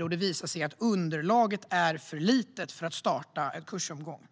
om det visar sig att underlaget är för litet för att starta en kursomgång.